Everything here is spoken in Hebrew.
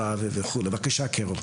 כשלוחה של השלטון המרכזי בכל התחומים,